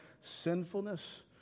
sinfulness